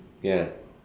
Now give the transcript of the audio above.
ya